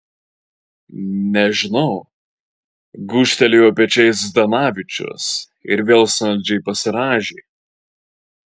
nežinau gūžtelėjo pečiais zdanavičius ir vėl saldžiai pasirąžė